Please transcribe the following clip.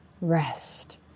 rest